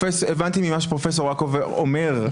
הבנתי ממה שפרופ' רקובר אומר,